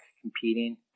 competing